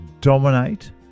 dominate